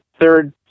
third